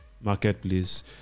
marketplace